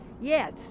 Yes